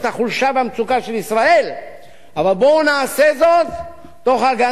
אבל בואו נעשה זאת תוך הגנה על כבוד האדם באשר הוא אדם.